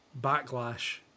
backlash